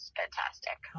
fantastic